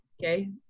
okay